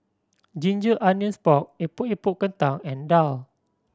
ginger onions pork Epok Epok Kentang and daal